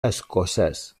escocès